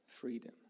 freedom